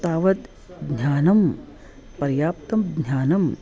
तावत् ज्ञानं पर्याप्तं ज्ञानम्